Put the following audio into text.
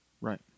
Right